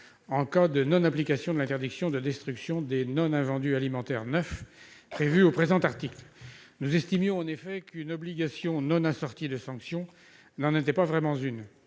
en cas de non-application de l'interdiction de destruction des invendus non alimentaires neufs prévue au présent article. Nous estimions en effet qu'une obligation non assortie de sanction n'en était pas vraiment une.